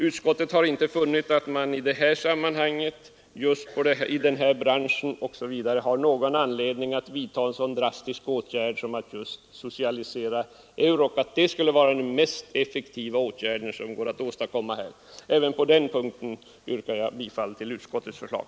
Utskottet har inte funnit att man i den här branschen har någon anledning att vidta en så drastisk åtgärd som att socialisera Euroc. Vi tror inte att det skulle vara den mest effektiva åtgärd som kan tänkas i det här sammanhanget. Även på den punkten yrkar jag bifall till utskottets förslag.